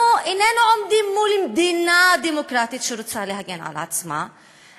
אנחנו איננו עומדים מול מדינה דמוקרטית שרוצה להגן על עצמה,